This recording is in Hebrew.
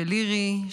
של לירי,